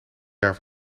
jaar